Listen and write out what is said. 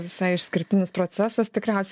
visai išskirtinis procesas tikriausia